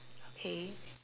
okay